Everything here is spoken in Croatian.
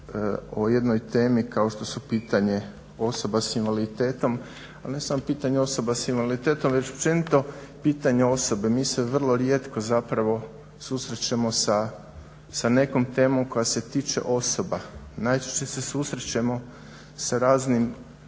o jednoj temi kao što su pitanje osoba s invaliditetom, a ne samo pitanje osoba s invaliditetom već općenito pitanje osobe. Mi se vrlo rijetko zapravo susrećemo sa nekom temom koja se tiče osoba, najčešće se susrećemo sa raznim